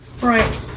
Right